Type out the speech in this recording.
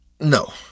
No